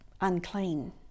unclean